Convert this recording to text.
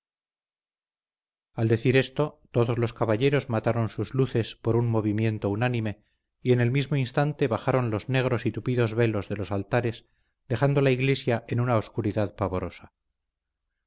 al decir esto todos los caballeros mataron sus luces por un movimiento unánime y en el mismo instante bajaron los negros y tupidos velos de los altares dejando la iglesia en una oscuridad pavorosa